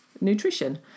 nutrition